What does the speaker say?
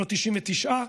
לא 99%,